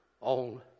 On